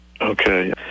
Okay